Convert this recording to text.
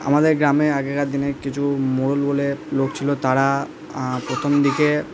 আমাদের গ্রামে আগেকার দিনে কিছু মোড়ল বলে লোক ছিলো তারা প্রথম দিকে